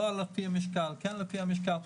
לא לפי משקל, כן לפי משקל.